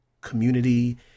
community